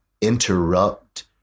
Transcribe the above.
interrupt